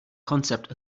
concept